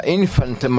infant